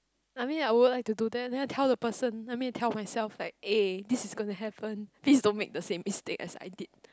I mean I would like to do that then tell the person I mean tell myself like eh this is going to happen please don't make the same mistake as I did